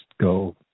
go